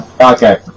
Okay